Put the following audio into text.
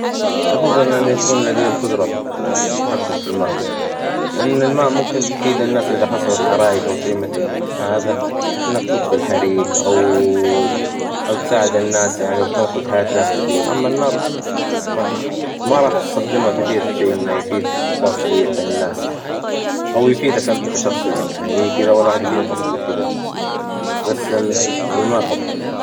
أفظل ان انا يكون لدي القدرة في التحكم في الماء، لأن الماء ممكن تفيد الناس إذا حصلت حرايق أو شي مثل ذ- هذا، انك تطفي الحريق، أو تساعد الناس يعني، وتنقذ حياة ناس كثيرة، أما النار، م ما راح تستخدمها كثير في شي انه يفيد، بقية الناس يعني، أو يفيدك انت كشخصياً، يعني كدا ولا واحدة فيهم أصلاً بتفيدك شخصياً، بس ال- الماء أفظل.